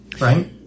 right